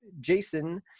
Jason